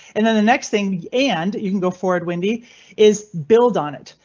and then the next thing and you can go forward. windy is build on it.